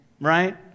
Right